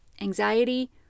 anxiety